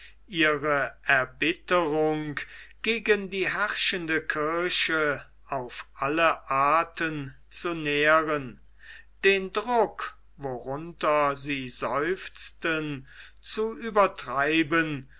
ihre erbitterung gegen die herrschende kirche auf alle arten zu nähren den druck worunter sie seufzten zu übertreiben